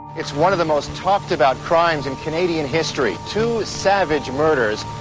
it's one of the most talked-about crimes in canadian history two savage murders,